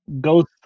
Ghost